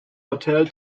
hotel